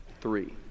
three